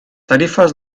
tarifes